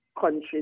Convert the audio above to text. countries